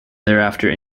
thereafter